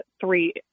three